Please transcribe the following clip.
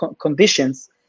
conditions